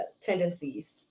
tendencies